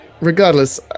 Regardless